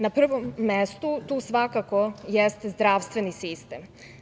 Na prvom mestu, tu svakako jeste zdravstveni sistem.